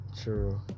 True